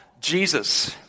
Jesus